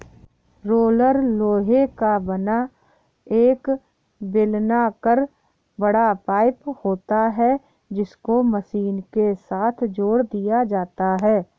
roller लोहे का बना एक बेलनाकर बड़ा पाइप होता है जिसको मशीन के साथ जोड़ दिया जाता है